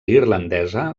irlandesa